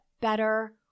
better